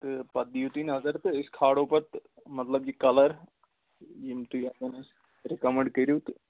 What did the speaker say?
تہٕ پَتہٕ دِیو تُہۍ نظر تہٕ أسۍ کھالو پَتہٕ مطلب یہِ کَلر یم تُہۍ یتھ منٛز حظ رِکَمنٛڈ کٔرِو تہٕ